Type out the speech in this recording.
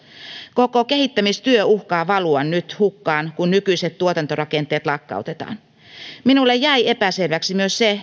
koko kehittämistyö uhkaa nyt valua hukkaan kun nykyiset tuotantorakenteet lakkautetaan minulle jäi epäselväksi myös se